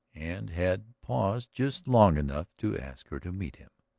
and had paused just long enough to ask her to meet him.